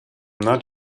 not